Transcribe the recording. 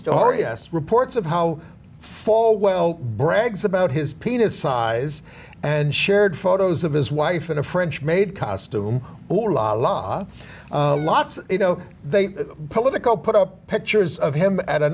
story reports of how for well brags about his penis size and shared photos of his wife in a french maid costume law lots of you know they political put up pictures of him at a